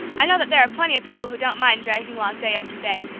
i know that there are plenty of people who don't mind dragging along day after day,